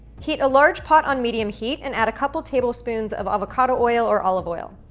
heat a large pot on medium heat and add a couple tablespoons of avocado oil or olive oil.